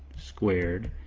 squared,